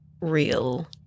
real